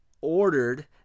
ordered